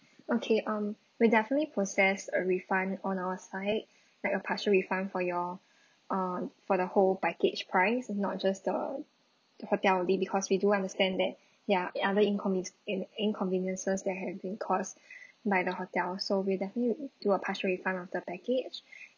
okay um we definitely process a refund on our side like a partial refund for your uh for the whole package price not just the hotel the because we do understand that ya other inconv~ in inconveniences that have been caused by the hotel so we'll definitely do a partial refund of the package